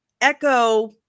echo